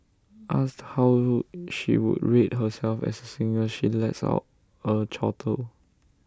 asked how would she would rate herself as A singer she lets out A chortle